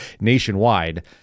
nationwide